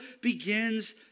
begins